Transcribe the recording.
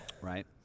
Right